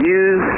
use